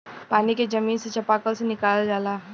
पानी के जमीन से चपाकल से निकालल जाला